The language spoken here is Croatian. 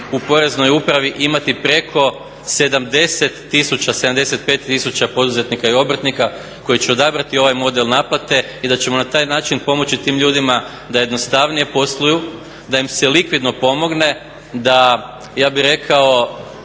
u Poreznoj upravi imati preko 75 tisuća poduzetnika i obrtnika koji će odabrati ovaj model naplate i da ćemo na taj način pomoći tim ljudima da jednostavnije posluju, da im se likvidno pomogne da ja bih rekao